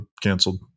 canceled